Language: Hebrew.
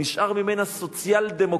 נשאר ממנה סוציאל-דמוקרטי.